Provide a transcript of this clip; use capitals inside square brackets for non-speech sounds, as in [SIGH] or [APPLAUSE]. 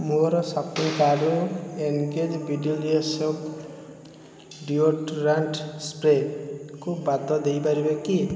ମୋର ସପିଂ କାର୍ଟ୍ରୁ engage [UNINTELLIGIBLE] deodorant ସ୍ପ୍ରେକୁ ବାଦ୍ ଦେଇପାରିବେ କି